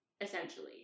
Essentially